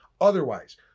otherwise